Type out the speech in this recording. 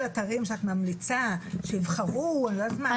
אתרים שאת ממליצה שיבחרו אבל זו לא חובה,